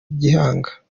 gihanga